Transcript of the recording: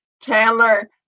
Chandler